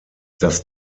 das